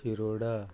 Shiroda